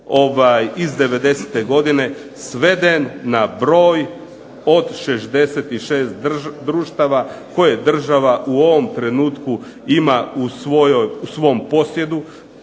iz 90. godine sveden na broj od 66 društava koje država u ovom trenutku ima u svom posjedu,